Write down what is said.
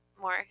more